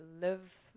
live